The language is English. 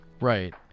right